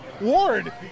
Ward